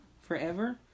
forever